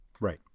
Right